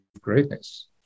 greatness